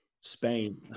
Spain